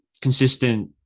consistent